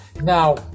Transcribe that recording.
now